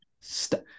stop